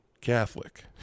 Catholic